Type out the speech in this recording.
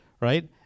right